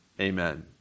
Amen